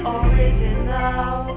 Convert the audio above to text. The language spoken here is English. original